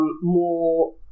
more